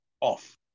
off